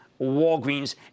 Walgreens